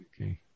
Okay